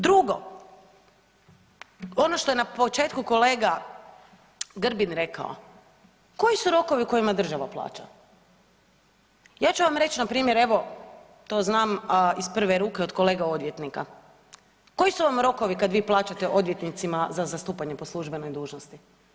Drugo, ono što je na početku kolega Grbin rekao, koji su rokovi kojima država plaća, ja ću vam reći npr. evo to znam iz prve ruke od kolega odvjetnika, koji su vam rokovi kada vi plaćate odvjetnicima za zastupanje po službenoj dužnosti?